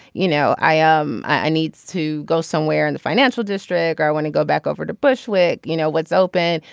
you know i um i needs to go somewhere in the financial district or i want to go back over to bushwick. you know what's open.